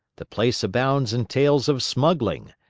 the place abounds in tales of smuggling,